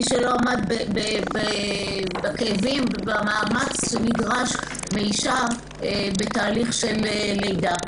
מי שלא עמד בכאבים ובמאמץ שנדרש מאישה בתהליך של לידה,